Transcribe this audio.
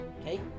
Okay